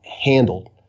handled